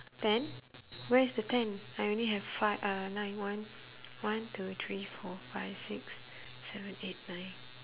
ten where's the ten I only have five uh nine one one two three four five six seven eight nine